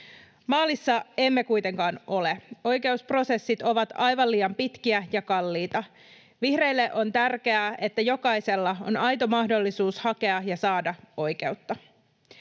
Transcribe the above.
Maalissa emme kuitenkaan ole. Oikeusprosessit ovat aivan liian pitkiä ja kalliita. Vihreille on tärkeää, että jokaisella on aito mahdollisuus hakea ja saada oikeutta.